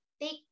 take